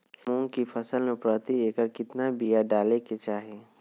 मूंग की फसल में प्रति एकड़ कितना बिया डाले के चाही?